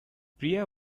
priya